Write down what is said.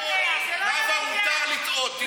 נאוה, מותר לטעות.